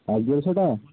এক দেড়শোটা